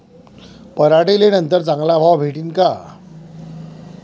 पराटीले नंतर चांगला भाव भेटीन का?